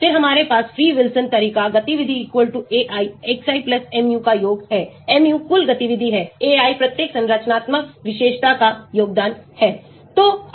फिर हमारे पास free Wilson तरीका गतिविधि ai xi mu का योग हैmu कुल गतिविधि है ai प्रत्येक संरचनात्मक विशेषता का योगदान है